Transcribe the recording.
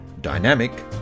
dynamic